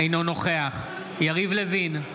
אינו נוכח יריב לוין,